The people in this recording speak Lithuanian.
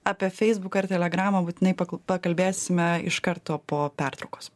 apie feisbuką ir telegramą būtinai pakalbėsime iš karto po pertraukos